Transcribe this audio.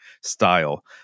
style